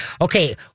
Okay